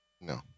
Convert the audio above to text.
No